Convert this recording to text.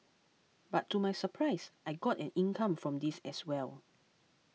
but to my surprise I got an income from this as well